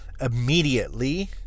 immediately